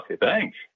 Thanks